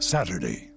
Saturday